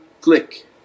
click